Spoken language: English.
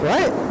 Right